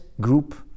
group